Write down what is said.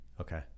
Okay